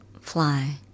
fly